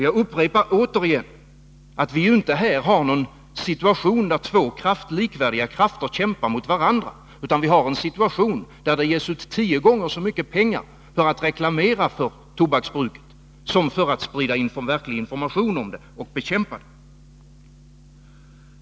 Jag upprepar att vi här inte har en situation där två likvärdiga krafter kämpar mot varandra, utan en situation där det ges ut tio gånger så mycket pengar för att reklamera för tobaksbruket som för att sprida verklig information om det och bekämpa det.